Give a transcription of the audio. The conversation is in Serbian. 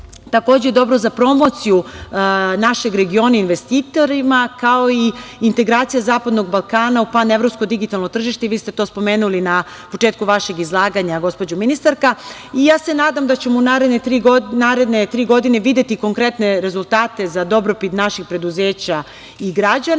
prakse. Takođe je dobro za promociju našeg regiona investitorima, kao i integracija zapadnog Balkana u panevropsko digitalno tržište. Vi ste to spomenuli na početku vašeg izlaganja, gospođo ministarka i ja se nadam da ćemo u naredne tri godine videti konkretne rezultate za dobrobit naših preduzeća i građana,